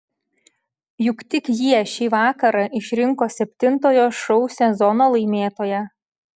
juk tik jie šį vakarą išrinko septintojo šou sezono laimėtoją